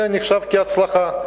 זה נחשב כהצלחה.